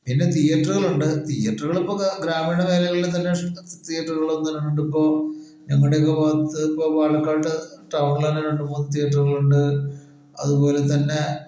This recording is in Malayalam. പിന്നെ തിയേറ്ററുകളുണ്ട് തിയേറ്ററുകളിപ്പോൾ ഗ്രാ ഗ്രാമീണ മേഖലകളിൽ തന്നെ തിയറ്ററുകൾ വന്നിട്ടുണ്ട് ഇപ്പോൾ ഞാനാളുടെയൊക്കെ ഭാഗത്ത് ഇപ്പോൾ പാലക്കാട്ട് ടൗണില് രണ്ട് മൂന്ന് തിയറ്ററുകളുണ്ട് അതുപോലെ തന്നെ